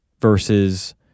versus